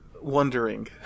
wondering